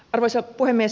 arvoisa puhemies